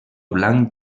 blanc